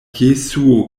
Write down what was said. jesuo